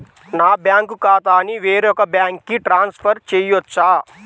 నా బ్యాంక్ ఖాతాని వేరొక బ్యాంక్కి ట్రాన్స్ఫర్ చేయొచ్చా?